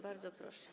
Bardzo proszę.